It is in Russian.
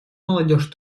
молодежь